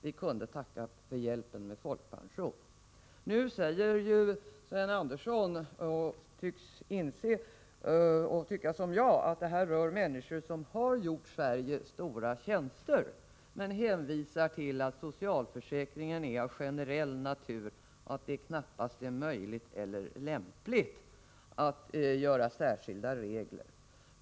Vi kunde tacka för den hjälpen med folkpension. Nu säger Sten Andersson — och han förefaller tycka som jag — att det handlar om människor som har gjort Sverige stora tjänster, men hänvisar till att socialförsäkringen är av generell natur och att det knappast är möjligt eller lämpligt att införa särskilda regler.